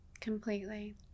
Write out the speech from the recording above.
completely